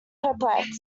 perplexed